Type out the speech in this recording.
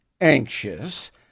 anxious